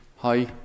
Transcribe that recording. Hi